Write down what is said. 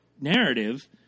narrative